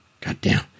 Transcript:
Goddamn